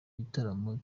igitaramo